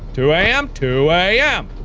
two a m. two a m.